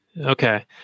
Okay